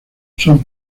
son